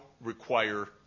require